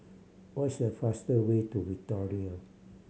what is a faster way to Victoria